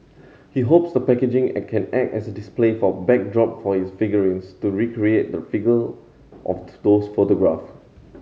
he hopes the packaging can act as a display backdrop for his figurines to recreate the of to those photographs